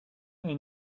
est